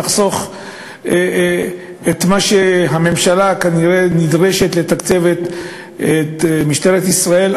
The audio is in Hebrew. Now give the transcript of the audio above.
נחסוך את מה שהממשלה כנראה נדרשת לו כדי לתקצב את משטרת ישראל.